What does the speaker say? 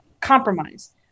compromise